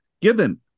Given